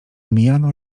mijano